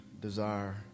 desire